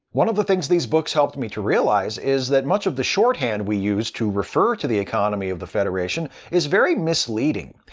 one of the things these books helped me to realize is that much of the shorthand we commonly use to refer to the economy of the federation is very misleading.